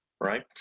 right